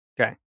Okay